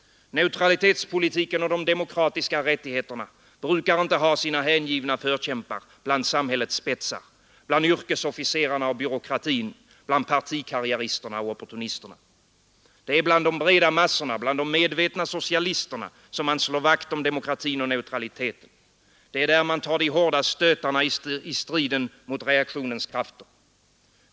Neutralitetspolitiken och de demokratiska rättigheterna brukar inte ha sina hängivna förkämpar bland samhällets spetsar, bland yrkesofficerarna och byråkratin, bland partikarriäristerna och opportunisterna. Det är bland de breda massorna, bland de medvetna socialisterna som man slår vakt om demokratin och neutraliteten. Det är där man tar de hårda stötarna i strid mot reaktionens krafter.